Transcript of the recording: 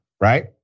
right